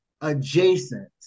adjacent